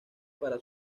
para